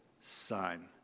Son